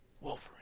Wolverine